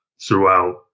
throughout